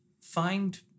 Find